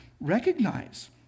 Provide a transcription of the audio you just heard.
Recognize